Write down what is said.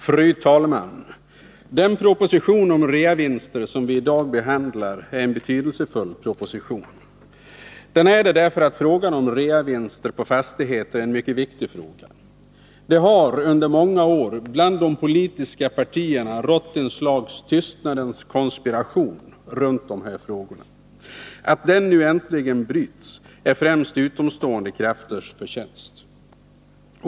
Fru talman! Den proposition om reavinster som vi i dag behandlar är en betydelsefull proposition. Den är det därför att frågan om reavinster på fastigheter är en mycket viktig fråga. Det har under många år bland de politiska partierna rått ett slags tystnadens konspiration runt dessa frågor. Att den nu äntligen bryts är främst utomstående krafters förtjänst.